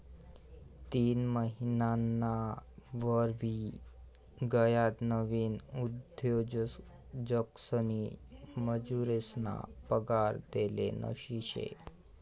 तीन महिनाना वर व्हयी गयात नवीन उद्योजकसनी मजुरेसना पगार देल नयी शे